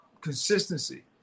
consistency